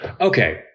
Okay